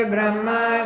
Brahma